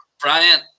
Brian